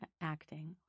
acting